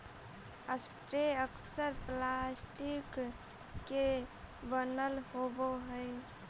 sprayer अक्सर plastic के बनल होवऽ हई